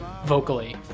vocally